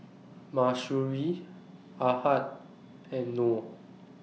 Mahsuri Ahad and Nor